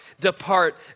depart